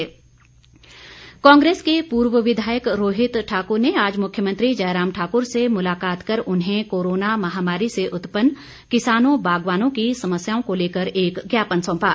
मांग पत्र कांग्रेस के पूर्व विधायक रोहित ठाकुर ने आज मुख्यमंत्री जयराम ठाकुर से मुलाकात कर उन्हें कोरोना महामारी से उत्पन्न किसानों बागवानों की समस्याओं को लेकर एक ज्ञापन सौंपा